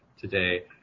today